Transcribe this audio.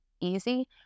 easy